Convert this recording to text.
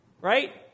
Right